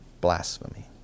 blasphemy